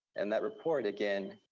and that report, again,